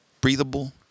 breathable